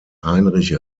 heinrich